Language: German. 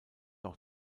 auch